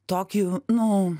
tokiu nu